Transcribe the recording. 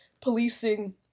policing